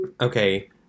Okay